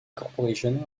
corporation